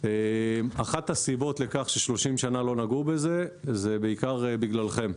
אחת הסיבות לכך שבמשך 30 שנים לא נגעו בזה היא בעיקר בגללכם.